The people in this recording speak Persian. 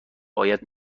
باید